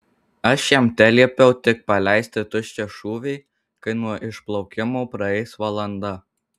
aš jam teliepiau tik paleisti tuščią šūvį kai nuo išplaukimo praeis valanda